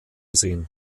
sehen